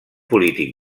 polític